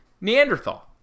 Neanderthal